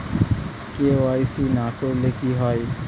KYC না করলে কি হয়?